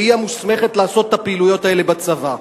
והיא המוסמכת לעשות את הפעילויות האלה בצבא.